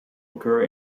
occur